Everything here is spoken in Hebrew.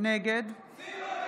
נגד סילמן נגד.